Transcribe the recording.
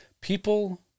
people